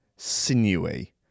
sinewy